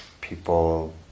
people